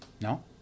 No